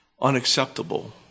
unacceptable